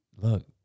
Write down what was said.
Look